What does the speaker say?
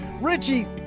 richie